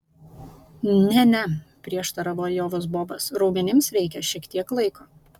ne ne prieštaravo ajovos bobas raumenims reikia šiek tiek laiko